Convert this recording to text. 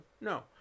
no